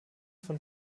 von